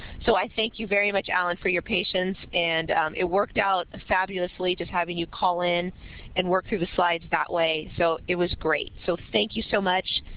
so, i thank you very much, allen, for your patience and it worked out fabulously just having you call in and work through the slides that way. so, it was great. so, thank you so much.